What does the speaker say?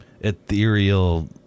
ethereal